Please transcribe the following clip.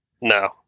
No